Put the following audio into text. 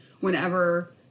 Whenever